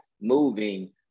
moving